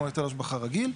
כמו היטל השבחה רגיל.